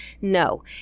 No